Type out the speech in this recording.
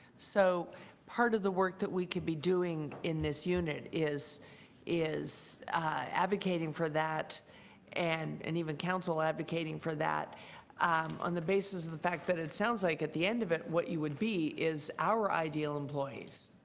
so part of the work we could be doing in this unit is is advocateing for that and and even council advocateing for that on the basis of the fact that it sounds like at the end of it what you would be is our ideaal employees.